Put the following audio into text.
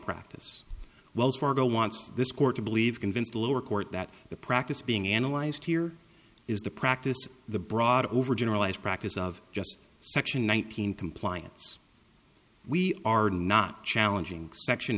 practice wells fargo wants this court to believe convinced lower court that the practice being analyzed here is the practice of the broad overgeneralize practice of just section one thousand compliance we are not challenging section